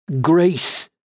grace